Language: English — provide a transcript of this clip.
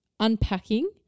unpacking